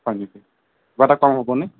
হয় নেকি কিবা এটা কম হ'ব নে